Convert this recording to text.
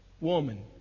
woman